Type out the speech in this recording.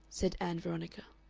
said ann veronica.